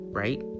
right